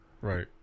Right